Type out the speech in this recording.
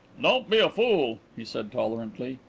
don't be a fool, he said tolerantly.